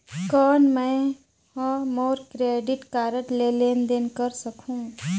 कौन मैं ह मोर क्रेडिट कारड ले लेनदेन कर सकहुं?